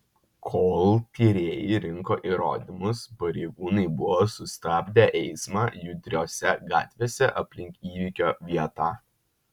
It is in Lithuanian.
kol tyrėjai rinko įrodymus pareigūnai buvo sustabdę eismą judriose gatvėse aplink įvykio vietą